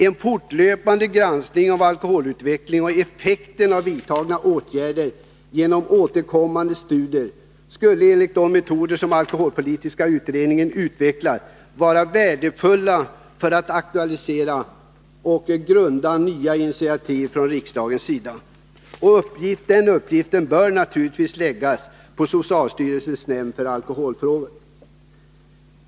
En fortlöpande granskning av alkoholutvecklingen och effekten av vidtagna åtgärder genom återkommande studier, enligt de metoder som alkoholpolitiska utredningen utvecklat, torde vara värdefull för att aktualisera nya initiativ från riksdagens sida. Den uppgiften bör kunna läggas på socialstyrelsens nämnd för alkoholfrågor.